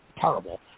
terrible